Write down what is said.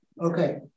Okay